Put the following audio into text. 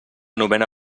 novena